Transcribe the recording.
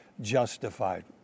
justified